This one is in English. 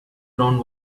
ground